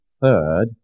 third